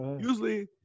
Usually